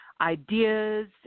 ideas